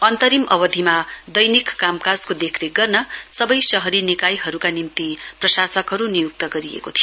अन्तिम अवधिमा दैनिक कामकाजको देखरेख गर्न सवै शहरी निकायहरुका निम्ति प्रसासकहरु नियुक्त गरेको थियो